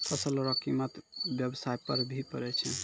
फसल रो कीमत व्याबसाय पर भी पड़ै छै